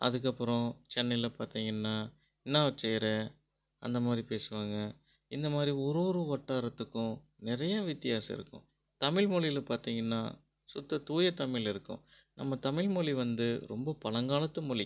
அதுக்கப்புறம் சென்னையில் பார்த்தீங்கன்னா என்னா வெச்சிக்குற அந்த மாதிரி பேசுவாங்க இந்த மாதிரி ஒரு ஒரு வட்டாரத்துக்கும் நிறைய வித்தியாசம் இருக்கும் தமிழ் மொழியில பார்த்தீங்கன்னா சுத்த தூய தமிழ் இருக்கும் நம்ம தமிழ் மொழி வந்து ரொம்ப பழங்காலத்து மொழி